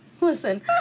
Listen